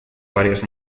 varios